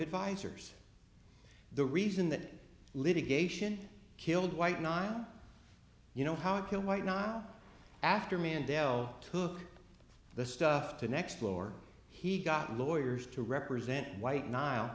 advisors the reason that litigation killed white not you know how can white not after mandela took the stuff to next floor he got lawyers to represent white nile